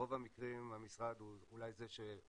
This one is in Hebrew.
ברוב המקרים המשרד הוא אולי זה שמפקח,